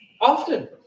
Often